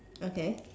okay